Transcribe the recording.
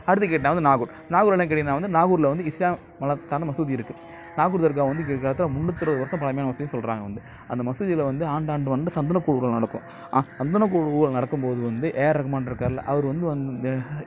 அடுத்து கேட்டால் வந்து நாகூர் நாகூரில் என்னனு கேட்டிங்கன்னா வந்து நாகூரில் வந்து இஸ்லாம் மதத்தான மசூதி இருக்குது நாகூர் தர்கா வந்து பிற்காலத்தில் முன்னூற்றி இருபது வருடம் பழமையான மசூதினு சொல்கிறாங்க வந்து அந்த மசூதியில் வந்து ஆண்டாண்டு வந்து சந்தன கூடு விழா நடக்கும் சந்தன கூடு நடக்கும் போது வந்து ஏஆர் ரகுமான் இருக்காருல அவர் வந்து அந்த